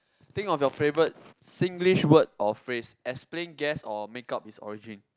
think of your favorite Singlish word or phrase explain guess or make up its origin